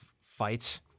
fights